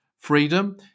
freedom